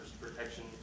protection